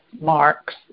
marks